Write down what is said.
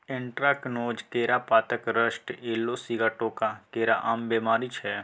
anthracnose, केरा पातक rust, yellow sigatoka केरा केर आम बेमारी छै